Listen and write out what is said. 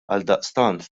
għaldaqstant